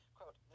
Quote